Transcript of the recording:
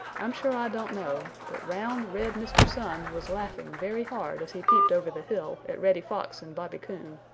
i'm sure i don't know, but round, red mr. sun was laughing very hard as he peeped over the hill at reddy fox and bobby coon,